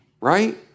right